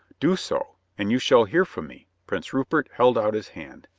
do so, and you shall hear from me, prince rupert held out his hand.